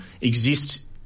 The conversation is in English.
exist